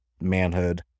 manhood